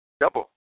Double